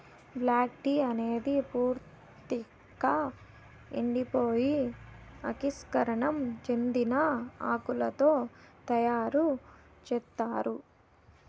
black tea అనేది పూర్తిక ఎండిపోయి ఆక్సీకరణం చెందిన ఆకులతో తయారు చేత్తారు